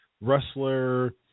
wrestler